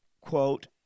quote